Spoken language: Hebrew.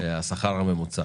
השכר הממוצע